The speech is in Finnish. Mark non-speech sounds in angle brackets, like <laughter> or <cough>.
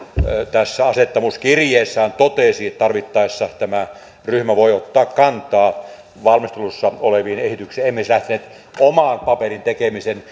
tässä asettamiskirjeessään totesi että tarvittaessa tämä ryhmä voi ottaa kantaa valmistelussa oleviin esityksiin emme siis lähteneet oman paperin tekemiseen <unintelligible>